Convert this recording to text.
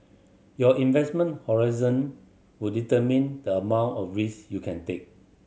your investment horizon would determine the amount of risk you can take